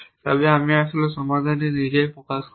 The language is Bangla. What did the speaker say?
তবে আমি আসলে সমাধানটি নিজেই প্রকাশ করব